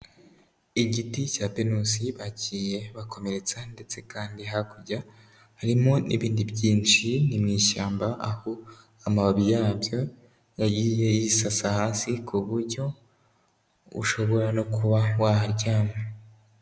Igiti cya pinusi bagiye bakomeretsa ndetse kandi hakurya harimo n'ibindi byinshi, ni mu ishyamba aho amababi yabyo yagiye yisasa hasi ku buryo ushobora no kuba waharyama.